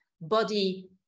body